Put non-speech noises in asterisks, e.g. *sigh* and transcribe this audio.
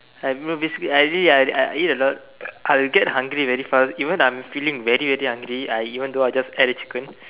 I basically I eat I I eat a lot *noise* I'll get hungry very fast even I'm feeling very very hungry I even though I just ate a chicken